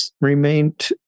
remained